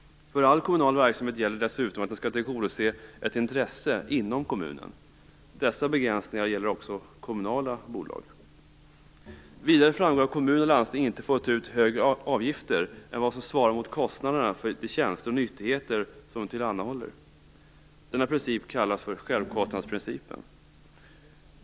För all kommunal verksamhet gäller dessutom att den skall tillgodose ett intresse inom kommunen. Dessa begränsningar gäller också kommunala bolag. Vidare framgår att kommuner och landsting inte får ta ut högre avgifter än vad som svarar mot kostnaderna för de tjänster eller nyttigheter som de tillhandahåller. Denna princip kallas för självkostnadsprincipen.